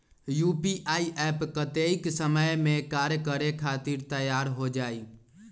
UPI app कतेइक समय मे कार्य करे खातीर तैयार हो जाई?